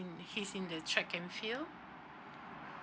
he's in the check and fail